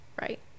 right